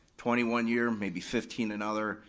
twenty one year, maybe fifteen another,